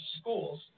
schools